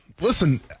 listen